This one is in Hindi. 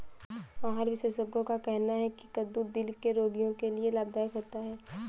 आहार विशेषज्ञों का कहना है की कद्दू दिल के रोगियों के लिए लाभदायक होता है